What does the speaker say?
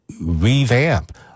revamp